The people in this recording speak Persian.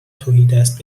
تهیدست